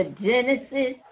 Genesis